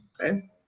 Okay